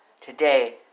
Today